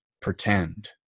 pretend